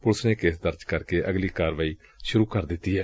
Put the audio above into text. police ਨੇ case ਦਰਜ ਕਰ ਕੇ ਅਗਲੀ ਕਾਰਵਾਈ ਸੁਰੁ ਕਰ ਦਿੱਤੀ ਏ